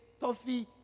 toffee